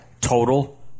total